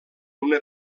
una